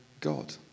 God